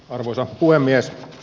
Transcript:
arvoisa puhemies